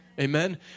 Amen